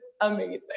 amazing